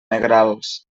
negrals